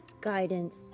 Guidance